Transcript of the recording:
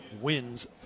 wins